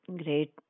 great